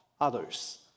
others